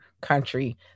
country